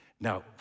Now